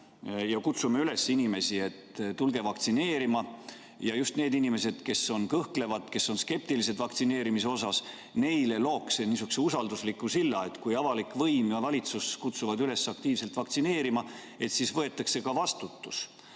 me kutsume üles inimesi, et tulge vaktsineerima, siis just neile inimestele, kes on kõhklevad, kes on skeptilised vaktsineerimise suhtes, looks see niisuguse usaldusliku silla, et kui avalik võim ja valitsus kutsuvad üles aktiivselt vaktsineerima, siis võetakse ka vastutus,